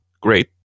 great